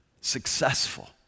successful